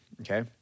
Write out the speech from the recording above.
okay